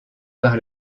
par